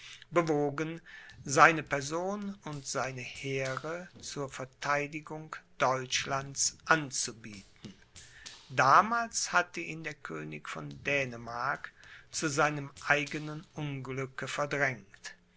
bewogen seine person und seine heere zur verteidigung deutschlands anzubieten damals hatte ihn der könig von dänemark zu seinem eigenen unglücke verdrängt